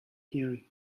hearing